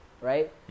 right